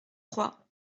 trois